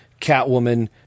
Catwoman